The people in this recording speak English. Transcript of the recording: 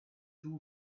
too